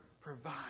provide